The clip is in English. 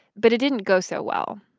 but it didn't go so well.